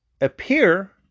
appear